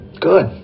Good